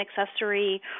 accessory